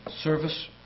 service